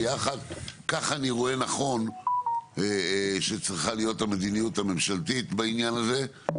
ככה אני רואה שצריכה להיות המדיניות הממשלתית בעניין הזה.